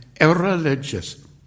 irreligious